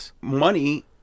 money